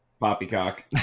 Poppycock